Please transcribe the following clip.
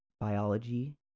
Biology